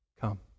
come